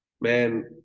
man